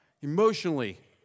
Emotionally